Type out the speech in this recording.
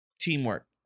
teamwork